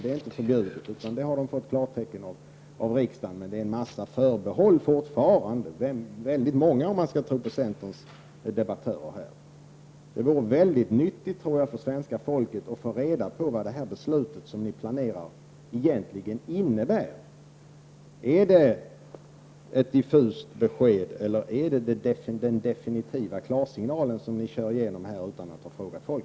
Det får regeringen ett klartecken av riksdagen om, men det är fortfarande en massa förbehåll -- väldigt många, om man skall tro på centerns debattörer i dag. Det vore väldigt nyttigt för det svenska folket att få reda vad det beslut som ni planerar egentligen innebär. Är det ett diffust besked eller är det den definitiva klarsignalen som ni kör igenom utan att ha frågat folk?